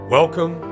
Welcome